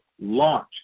LAUNCH